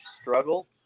struggle